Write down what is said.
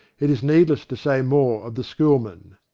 it is needless to say more of the schoolmen.